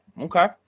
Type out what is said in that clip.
Okay